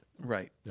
Right